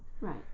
Right